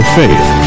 faith